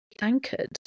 anchored